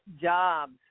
jobs